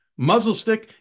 Muzzlestick